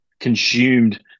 consumed